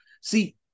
See